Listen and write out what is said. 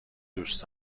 دوست